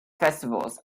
festivals